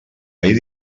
ahir